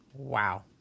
wow